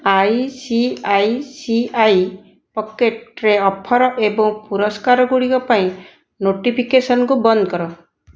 I C I C I ପକେଟ୍ରେ offer ଏବଂ ପୁରସ୍କାରଗୁଡ଼ିକ ପାଇଁ ନୋଟିଫିକେସନ୍କୁ ବନ୍ଦ କର